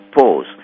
pause